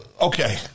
okay